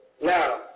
Now